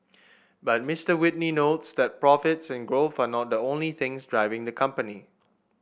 but Mister Whitney notes that profits and growth are not the only things driving the company